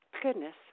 goodness